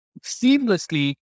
seamlessly